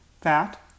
Fat